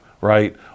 right